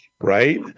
right